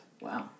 wow